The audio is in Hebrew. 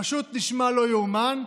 פשוט נשמע לא יאומן,